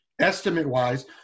estimate-wise